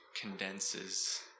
condenses